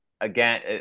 again